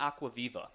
Aquaviva